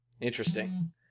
Interesting